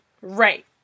Right